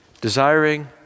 desiring